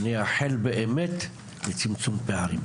ואני אאחל באמת לצמצום פערים,